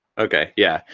okay, yeah.